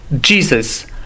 Jesus